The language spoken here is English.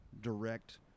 direct